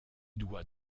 doit